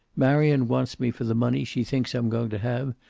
marion wants me for the money she thinks i'm going to have,